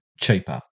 cheaper